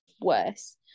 worse